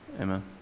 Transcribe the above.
Amen